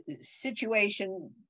situation